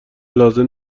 لازم